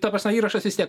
ta prasme įrašas vis tiek